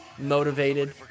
motivated